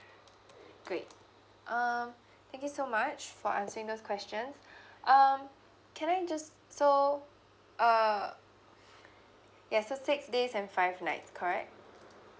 great um thank you so much for answering those questions um can I just so err that's a six days and five nights correct